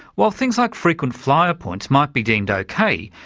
while things like frequent flyer points might be deemed ok,